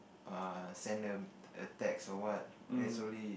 err send them a text or what then slowly